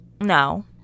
No